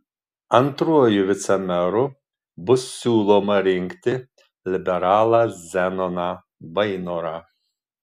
antruoju vicemeru bus siūloma rinkti liberalą zenoną vainorą